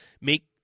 make